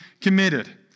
committed